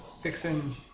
fixing